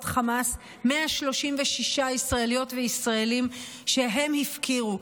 חמאס 136 ישראליות וישראלים שהם הפקירו,